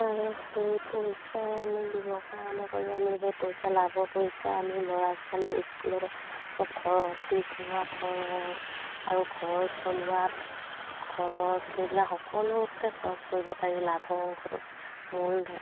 আৰু সেই পইচাই আমি ব্যৱসায় আৰম্ভ কৰি আমি সেই পইচা লাভৰ পইচা আমি ল'ৰা ছোৱালী স্কুলত খৰচ টিউচনৰ খৰচ আৰু ঘৰ চলোৱাত খৰচ সেইবিলাক সকলোতে খৰচ কৰিব পাৰি লাভ অংশটো মূল